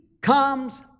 comes